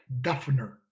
Duffner